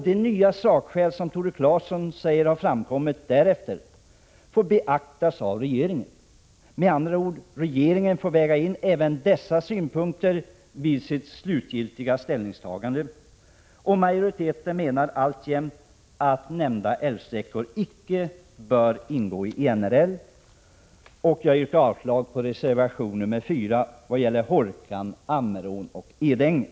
De nya sakskäl som Tore Claeson säger ha framkommit därefter får väl beaktas av regeringen, dvs. regeringen får väga in även dessa synpunkter vid sitt slutgiltiga ställningstagande. Majoriteten menar alltjämt att nämnda älvsträckor icke bör ingå i NRL. Jag yrkar avslag på reservation 4 vad gäller Hårkan, Ammerån och Edänge.